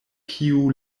kiu